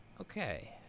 okay